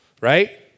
right